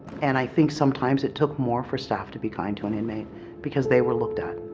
and i think sometimes it took more for staff to be kind to an inmate because they were looked at